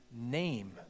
name